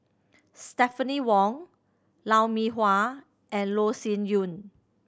Stephanie Wong Lou Mee Hua and Loh Sin Yun